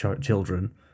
children